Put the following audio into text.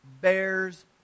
bears